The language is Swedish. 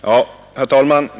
Herr talman!